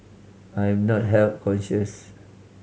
I am not health conscious